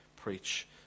preach